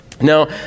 Now